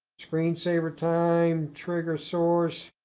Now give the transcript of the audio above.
screensaver time. trigger source.